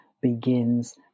begins